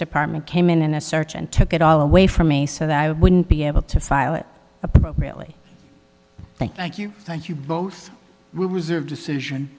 department came in in a search and took it all away from me so that i wouldn't be able to file it appropriately thank you thank you both will reserve decision